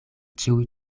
ĉiuj